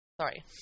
Sorry